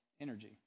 energy